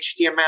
HTML